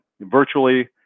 virtually